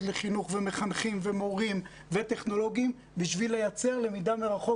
לחינוך ומחנכים ומורים וטכנולוגים בשביל לייצר למידה מרחוק